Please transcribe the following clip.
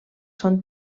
són